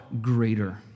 greater